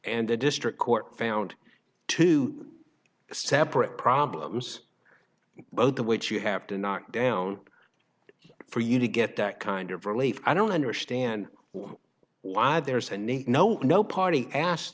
and the district court found two separate problems both of which you have to knock down for you to get that kind of relief i don't understand why there's a need no no party asked